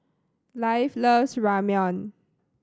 Leif loves Ramyeon